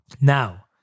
Now